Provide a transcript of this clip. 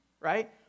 right